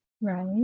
right